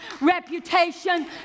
reputation